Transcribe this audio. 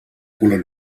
color